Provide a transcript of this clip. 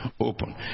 open